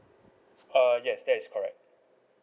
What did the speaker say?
uh yes that is correct